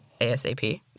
ASAP